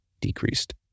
decreased